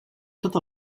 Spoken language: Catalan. tot